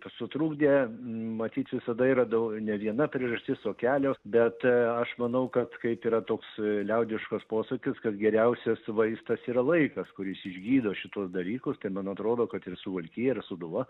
sutrukdė matyt visada yra dau ne viena priežastis o kelios bet aš manau kad kaip yra toks liaudiškas posakis kad geriausias vaistas yra laikas kuris išgydo šituos dalykus tai man atrodo kad ir suvalkija ir sūduva